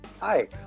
Hi